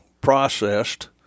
processed